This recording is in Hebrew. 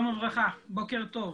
שלום וברכה, בוקר טוב.